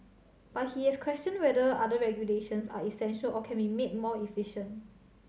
but he has questioned whether other regulations are essential or can be made more efficient